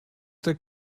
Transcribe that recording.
der